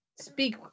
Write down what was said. speak